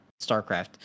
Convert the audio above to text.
Starcraft